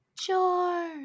George